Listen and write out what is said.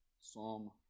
Psalm